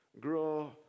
grow